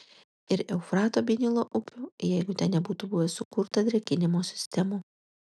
ir eufrato bei nilo upių jeigu ten nebūtų buvę sukurta drėkinimo sistemų